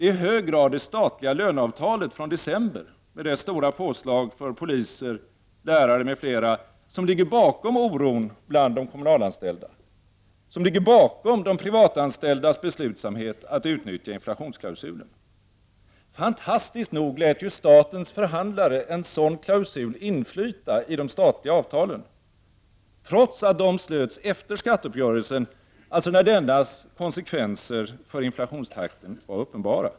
Det är i hög grad det statliga löneavtalet från december, med dess stora påslag för poliser, lågstadielärare m.fl., som ligger bakom oron bland de kommunalanställda och som ligger bakom de privatanställdas beslutsamhet att utnyttja inflationsklausulen. Fantastiskt nog lät statens förhandlare en sådan klausul inflyta i de statliga avtalen, trots att dessa slöts efter skatteuppgörelsen, alltså när dennas konsekvenser för inflationstakten var uppenbara.